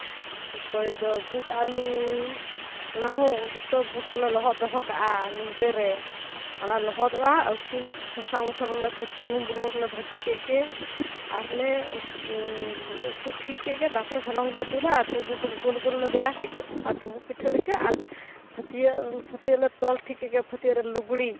ᱚᱠᱚᱭ ᱫᱚ ᱵᱩᱴ ᱟᱞᱩ ᱚᱱᱟ ᱦᱚᱸ ᱡᱚᱛᱚ ᱵᱩᱴ ᱠᱚᱞᱮ ᱞᱚᱦᱚᱫ ᱫᱚᱦᱚ ᱠᱟᱜᱼᱟ ᱧᱤᱫᱟᱹ ᱨᱮ ᱚᱱᱟ ᱞᱚᱦᱚᱫᱚᱜᱼᱟ ᱩᱛᱩ ᱥᱟᱥᱟᱝ ᱢᱚᱥᱞᱟ ᱞᱮ ᱵᱷᱟᱹᱡ ᱥᱩᱱᱩᱢ ᱵᱩᱞᱩᱝ ᱨᱮᱞᱮ ᱵᱷᱟᱹᱡᱤ ᱠᱮᱫ ᱜᱮ ᱟᱨ ᱞᱮ ᱩᱛᱩ ᱴᱷᱤᱠ ᱠᱮᱫ ᱜᱮ ᱛᱟᱯᱚᱨᱮ ᱦᱚᱞᱚᱝ ᱞᱮ ᱫᱩᱞᱟ ᱟᱨ ᱰᱩᱸᱵᱩᱜ ᱰᱩᱸᱵᱩᱜ ᱜᱳᱞ ᱜᱳᱞ ᱞᱮ ᱵᱮᱱᱟᱣ ᱠᱮᱫ ᱜᱮ ᱰᱩᱸᱵᱩᱜ ᱯᱤᱴᱷᱟᱹ ᱞᱮᱠᱟ ᱟᱨ ᱯᱷᱟᱹᱛᱭᱟᱹᱜ ᱚᱱᱟ ᱯᱷᱟᱹᱛᱭᱟᱹᱜ ᱞᱮ ᱛᱚᱞ ᱴᱷᱤᱠ ᱠᱮᱫ ᱜᱮ ᱯᱷᱟᱹᱛᱭᱟᱹᱜ ᱨᱮ ᱞᱩᱜᱽᱲᱤᱡ